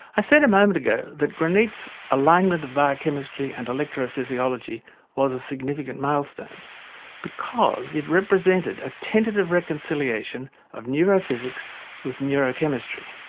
i said a moment ago that granit's alignment of biochemistry and electrophysiology was a significant milestone because it represented a tentative reconciliation of neuro-physics with neuro-chemistry.